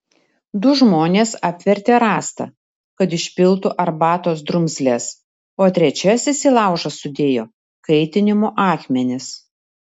du žmonės apvertė rąstą kad išpiltų arbatos drumzles o trečiasis į laužą sudėjo kaitinimo akmenis